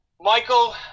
Michael